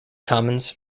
commons